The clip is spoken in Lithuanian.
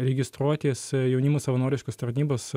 registruotis jaunimo savanoriškos tarnybos